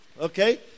Okay